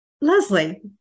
Leslie